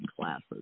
classes